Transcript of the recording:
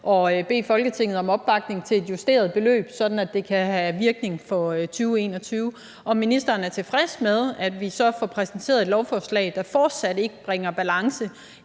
at bede Folketinget om opbakning til et justeret beløb, sådan at det kan have virkning for 2021. Er ministeren tilfreds med, at vi får præsenteret et lovforslag, der fortsat ikke bringer balance